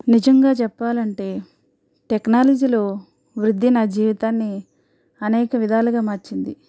నిజంగా చెప్పాలంటే టెక్నాలజీలో వృద్ధి నా జీవితాన్ని అనేక విధాలుగా మార్చింది